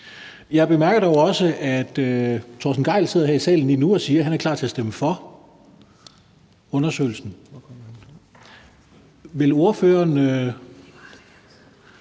Jeg bemærker dog også, at hr. Torsten Gejl sidder her i salen lige nu og siger, at han er klar til at stemme for undersøgelsen. Hvis Venstre